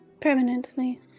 Permanently